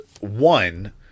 one